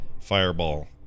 fireball